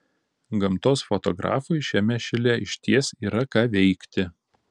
gamtos fotografui šiame šile išties yra ką veikti